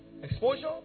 exposure